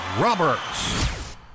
Roberts